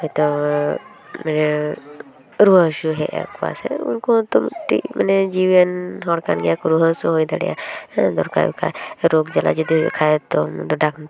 ᱦᱚᱭᱛᱚ ᱨᱩᱣᱟᱹ ᱦᱟᱹᱥᱩ ᱦᱮᱡ ᱟᱫ ᱠᱚᱣᱟ ᱥᱮ ᱩᱱᱠᱩ ᱦᱚᱛᱚ ᱢᱤᱫᱴᱮᱱ ᱢᱟᱱᱮ ᱡᱤᱣᱤᱭᱟᱱ ᱦᱚᱲ ᱠᱟᱱ ᱜᱮᱭᱟᱠᱚ ᱨᱩᱣᱟᱹ ᱦᱟᱹᱥᱩ ᱦᱩᱭ ᱫᱟᱲᱮᱜᱼᱟ ᱦᱮᱸ ᱫᱚᱨᱠᱟᱨ ᱦᱩᱭ ᱞᱮᱱᱠᱷᱟᱱ ᱨᱳᱜᱽ ᱡᱟᱞᱟ ᱡᱚᱫᱤ ᱦᱩᱭᱩᱜ ᱠᱷᱟᱱ ᱛᱚ